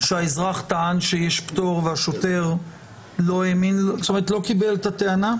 שהאזרח טען שיש פטור והשוטר לא קיבל את הטענה?